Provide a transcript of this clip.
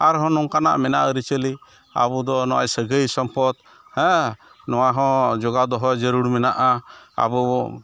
ᱟᱨᱦᱚᱸ ᱱᱚᱝᱠᱟᱱᱟᱜ ᱢᱮᱱᱟᱜᱼᱟ ᱟᱹᱨᱤᱪᱟᱹᱞᱤ ᱟᱵᱚᱫᱚ ᱱᱚᱜᱼᱚᱭ ᱥᱟᱹᱜᱟᱭᱼᱥᱚᱢᱯᱚᱠ ᱱᱚᱣᱟᱦᱚᱸ ᱡᱚᱜᱟᱣᱫᱚᱦᱚ ᱡᱟᱹᱨᱩᱲ ᱢᱮᱱᱟᱜᱼᱟ ᱟᱵᱚᱵᱚ